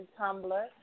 Tumblr